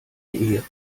ehre